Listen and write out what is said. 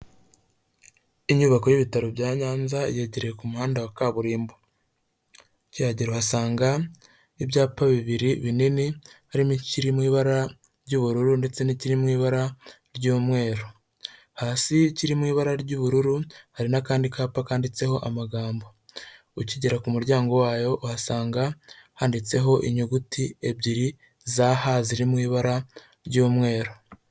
Inyubako y'ibitaro bya Nyanza yegereye ku umuhanda wa kaburimbo ukigehagera uhasanga ibyapa bibiri binini harimo ikiri mu ibara ry'ubururu ndetse n'ikiri mu ibara ry'umweru hasi kirimo ibara ry'ubururu hari n'akandi kapa kandiditseho amagambo ukigera ku muryango wayo uhasanga handitseho inyuguti ebyiri za ha ziri mu ibara ry'umweru.